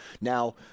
Now